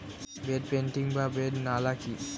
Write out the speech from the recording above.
Bed planting বা bed নালা কি?